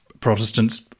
Protestants